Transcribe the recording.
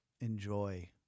enjoy